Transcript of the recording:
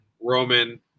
Roman